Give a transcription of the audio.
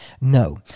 No